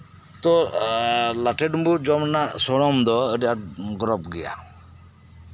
ᱛᱚ ᱞᱟᱴᱷᱮ ᱰᱩᱢᱵᱩᱜ ᱡᱚᱢ ᱨᱮᱭᱟᱜ ᱥᱚᱲᱚᱢ ᱫᱚ ᱟᱹᱰᱤ ᱟᱸᱴ ᱜᱚᱨᱚᱵᱽ ᱜᱮᱭᱟ